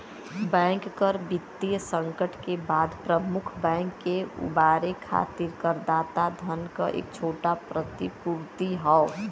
bank कर वित्तीय संकट के बाद प्रमुख बैंक के उबारे खातिर करदाता धन क एक छोटा प्रतिपूर्ति हौ